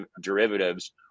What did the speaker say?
derivatives